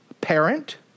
parent